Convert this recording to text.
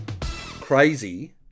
crazy